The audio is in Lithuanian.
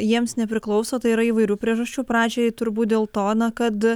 jiems nepriklauso tai yra įvairių priežasčių pradžioje turbūt dėl to na kad